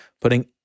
putting